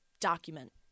document